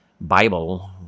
bible